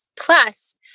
Plus